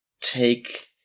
take